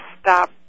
stop